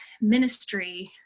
ministry